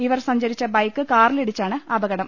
ഇവർ സഞ്ച രിച്ചു ബൈക്ക് കാറിലിടിച്ചാണ് അപകടം